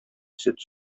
сөт